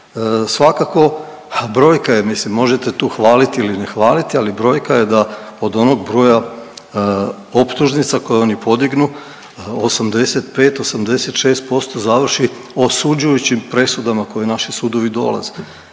Svakako brojka je mislim tu možete hvaliti ili ne hvaliti, ali brojka je da od onog broja optužnica koje oni podignu 85, 86% završi osuđujućim presudama koje naši sudove dolaze.